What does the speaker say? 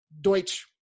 Deutsch